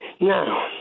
now